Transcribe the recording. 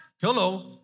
hello